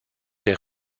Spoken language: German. der